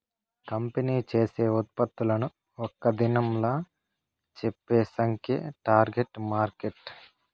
company చేసే ఉత్పత్తులను ఒక్క దినంలా చెప్పే సంఖ్యే టార్గెట్ మార్కెట్